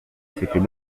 c’était